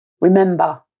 Remember